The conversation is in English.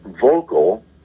vocal